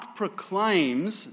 proclaims